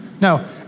No